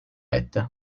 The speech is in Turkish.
etti